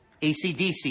ACDC